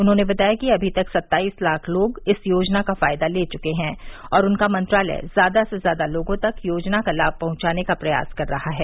उन्होंने बताया कि अभी तक सत्ताईस लाख लोग इस योजना का फायदा ले चुके हैं और उनका मंत्रालय ज्यादा से ज्यादा लोगों तक योजना का लाभ पहुंचाने का प्रयास कर रहा है